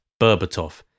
Berbatov